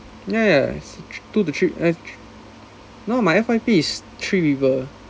ya ya ya it's two to three eh th~ no my F_Y_P is three people